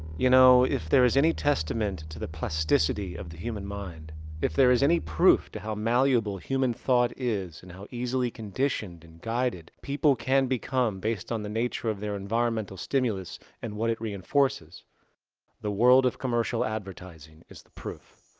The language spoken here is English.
you know, if there is any testament to the plasticity of the human mind if there is any proof to how malleable human thought is and how easily conditioned and guided people can become based on the nature of their environmental stimulus and what it reinforces the world of commercial advertising is the proof.